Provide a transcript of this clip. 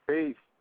Peace